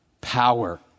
power